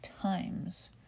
times